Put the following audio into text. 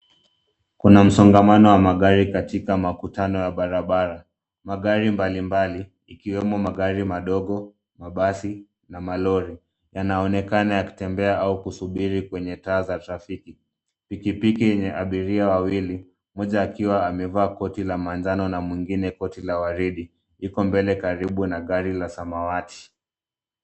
Kuna msongamano wa magari katika makutano ya barabara. Magari mbalimbali ikiwemo magari madogo, mabasi na malori yanaonekana yakitembea au kusubiri kwenye taa za trafiki. Pikipiki yenye abiria wawili, mmoja akiwa amevaa koti la manjano na mwingine koti la waridi yuko mbele karibu na gari la samawati.